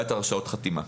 והיו הרשאות החתימה.